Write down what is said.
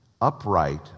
upright